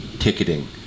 ticketing